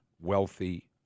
wealthy